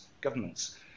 governments